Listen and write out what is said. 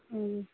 ए